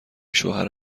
شوهر